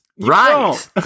Right